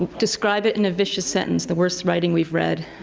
describe it in a vicious sentence, the worst writing we've read.